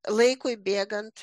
laikui bėgant